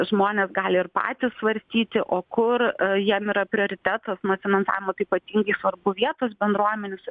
žmonės gali ir patys svarstyti o kur jiem yra prioritetas na finansavimas ypatingai svarbus vietos bendruomenėse